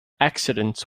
accidents